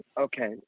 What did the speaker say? okay